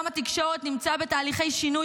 עולם התקשורת נמצא בתהליכי שינוי